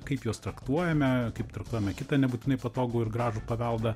kaip juos traktuojame kaip traktuojame kitą nebūtinai patogų ir gražų paveldą